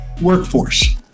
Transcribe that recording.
workforce